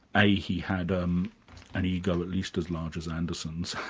a he had um an ego at least as large as anderson's,